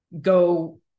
go